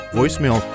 Voicemail